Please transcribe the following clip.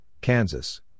Kansas